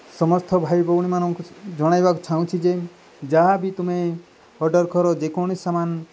ସମସ୍ତ ଭାଇ ଭଉଣୀମାନଙ୍କୁ ଜଣାଇବାକୁ ଚାହୁଁଛି ଯେ ଯାହା ବିି ତୁମେ ଅର୍ଡ଼ର୍ କର ଯେକୌଣସି ସାମାନ